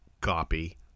copy